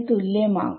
തുല്യം ആകും